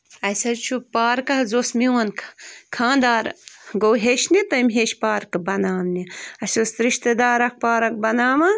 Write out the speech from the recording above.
اَسہِ حظ چھُ پارکہٕ حظ اوس میٛون خانٛدار گوٚو ہیٛچھنہِ تٔمۍ ہیٛچھ پارکہٕ بَناونہِ اَسہِ اوس رشتہٕ دار اَکھ پارک بَناوان